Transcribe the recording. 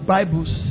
Bibles